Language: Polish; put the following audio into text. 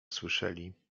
słyszeli